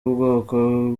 ubwoko